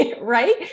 Right